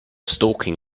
stalking